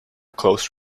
close